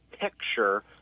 picture